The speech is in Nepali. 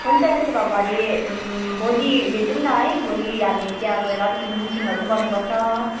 हुन्छ त्यसो भए भरे भोलि भेटौँ न है भोलि हामी त्यहाँ गएर अलिक मिटिङहरू पनि गर्नुपर्छ